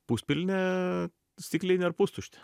puspilnė stiklinė ar pustuštė